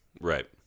Right